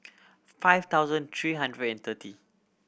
five thousand three hundred and thirty